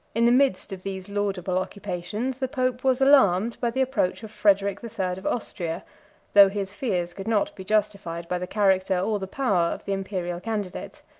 in the midst of these laudable occupations, the pope was alarmed by the approach of frederic the third of austria though his fears could not be justified by the character or the power of the imperial candidate.